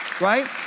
right